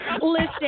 listen